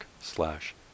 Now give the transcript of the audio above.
slash